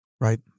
Right